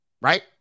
Right